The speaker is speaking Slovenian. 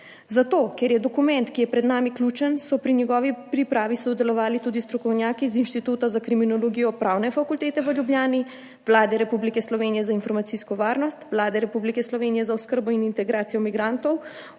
Ker je dokument, ki je pred nami, ključen, so pri njegovi pripravi sodelovali tudi strokovnjaki z Inštituta za kriminologijo Pravne fakultete v Ljubljani, Urada Vlade Republike Slovenije za informacijsko varnost, Urada Vlade Republike Slovenije za oskrbo in integracijo migrantov,